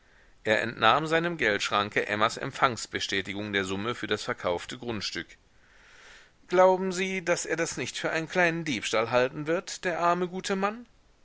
er entnahm seinem geldschranke emmas empfangsbestätigung der summe für das verkaufte grundstück glauben sie daß er das nicht für einen kleinen diebstahl halten wird der arme gute mann